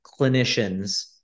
clinicians